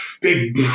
big